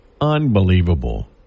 Unbelievable